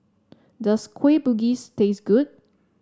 does Kueh Bugis taste good